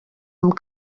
amb